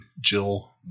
Jill